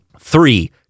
three